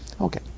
Okay